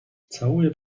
całuję